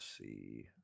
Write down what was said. see